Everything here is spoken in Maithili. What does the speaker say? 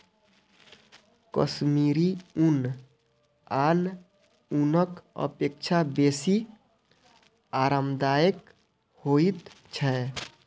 कश्मीरी ऊन आन ऊनक अपेक्षा बेसी आरामदायक होइत छै